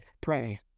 pray